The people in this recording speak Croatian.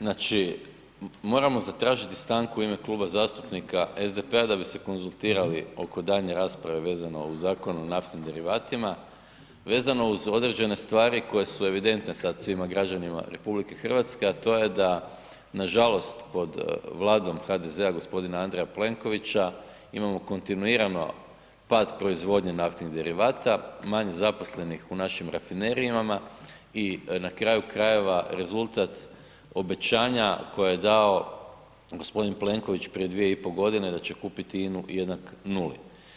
Znači, moramo zatražiti stanku u ime Kluba zastupnika SDP-a da bi se konzultirali oko daljnje rasprave vezano uz Zakon o naftnim derivatima vezano uz određene stvari koje su evidentne sad svima građanima RH, a to je da nažalost pod Vladom HDZ-a, g. Andreja Plenkovića imamo kontinuirano pad proizvodnje naftnih derivata, manje zaposlenih u našim rafinerijama i na kraju krajeva, rezultat obećanja koje je dao g. Plenković prije 2,5 godine da će kupiti INA-u jednak nuli.